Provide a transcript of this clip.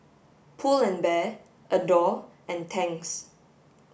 Pull and Bear Adore and Tangs